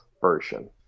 version